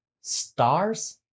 stars